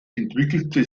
entwickelte